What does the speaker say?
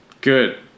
good